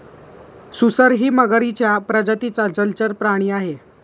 सुसरही मगरीच्या प्रजातीचा जलचर प्राणी आहे